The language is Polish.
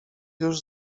już